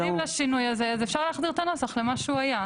אם אתם מתנגדים לשינוי הזה אז אפשר להחזיר את הנוסח למה שהוא היה.